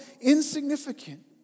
insignificant